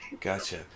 gotcha